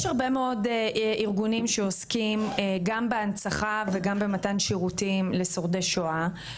יש הרבה מאוד ארגונים שעוסקים גם בהנצחה וגם במתן שירותים לשורדי שואה,